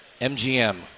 MGM